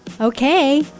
Okay